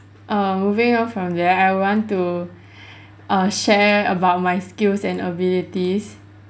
err moving on from there I want to err share about my skills and abilities